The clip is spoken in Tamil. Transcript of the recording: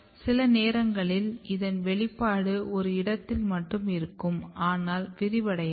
சில நேரங்களில் இதன் வெளிப்பாடு ஒரு இடத்தில் மட்டும் இருக்கும் ஆனால் விரிவடையது